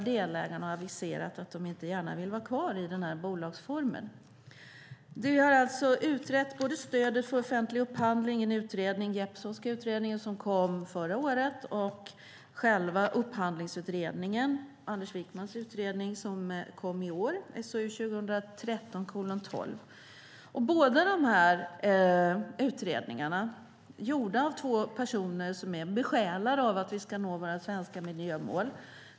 Delägarna har aviserat att de inte gärna vill vara kvar i den bolagsformen. Man har alltså både den Jeppsonska utredningen om stödet för offentlig upphandling, som kom förra året, och Anders Wijkmans upphandlingsutredning, SOU 2013:12, som kom i år. Utredningarna är gjorda av två personer som är besjälade av att vi ska nå våra svenska miljömål.